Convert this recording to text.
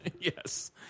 Yes